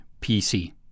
PC